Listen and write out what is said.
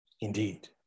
Indeed